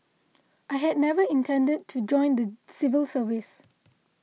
I had never intended to join the civil service